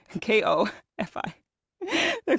K-O-F-I